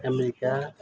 America